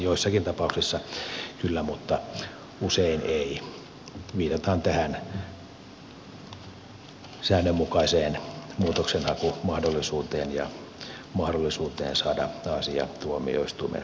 joissakin tapauksissa kyllä mutta usein ei viitataan tähän säännönmukaiseen muutoksenhakumahdollisuuteen ja mahdollisuuteen saada asia tuomioistuimen käsiteltäväksi